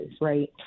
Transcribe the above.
right